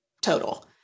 total